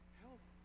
health